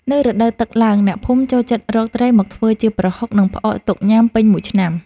នៅរដូវទឹកឡើង អ្នកភូមិចូលចិត្តរកត្រីមកធ្វើជាប្រហុក និងផ្អកទុកញ៉ាំពេញមួយឆ្នាំ។